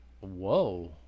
Whoa